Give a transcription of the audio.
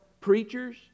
preachers